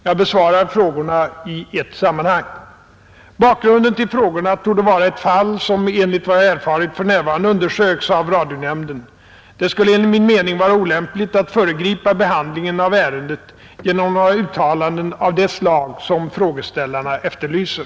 Jag besvarar frågorna i ett sammanhang. Bakgrunden till frågorna torde vara ett fall som, enligt vad jag erfarit, för närvarande undersöks av radionämnden. Det skulle enligt min mening vara olämpligt att föregripa behandlingen av ärendet genom några uttalanden av det slag som frågeställarna efterlyser.